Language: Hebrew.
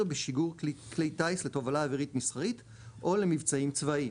בשיגור כלי טיס לתובלה אווירית מסחרית או למבצעים צבאיים